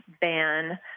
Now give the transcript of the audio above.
ban